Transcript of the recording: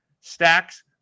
stacks